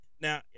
Now